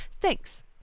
Thanks